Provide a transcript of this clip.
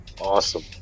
Awesome